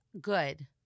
good